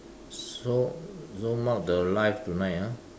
so zoom out the live tonight ah